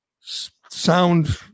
sound